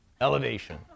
Elevation